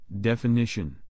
Definition